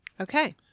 okay